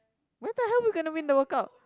where the hell we gonna win the World Cup